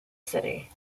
city